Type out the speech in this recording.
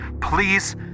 Please